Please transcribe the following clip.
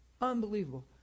Unbelievable